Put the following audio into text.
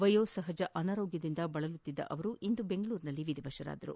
ವಯೋಸಪಜ ಅನಾರೋಗ್ದದಿಂದ ಬಳಲುತ್ತಿದ್ದ ಅವರು ಇಂದು ಬೆಂಗಳೂರಿನಲ್ಲಿ ವಿಧಿವಶರಾದರು